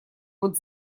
вот